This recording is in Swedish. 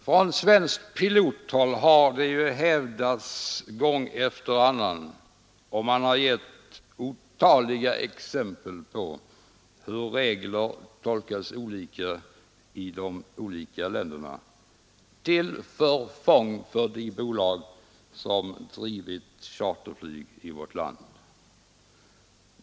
Från svenskt pilothåll har det ju hävdats — och man har gett otaliga exempel — att regler tolkas olika i de olika länderna till förfång för de bolag som drivit verksamhet med charterflyg i vårt land.